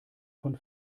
von